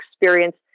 experience